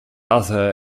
other